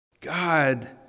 God